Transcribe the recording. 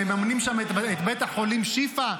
מממנים שם את בית החולים שיפא?